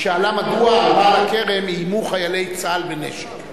היא שאלה מדוע על בעל הכרם איימו חיילי צה"ל בנשק.